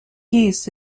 used